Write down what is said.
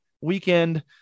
weekend